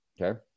Okay